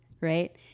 right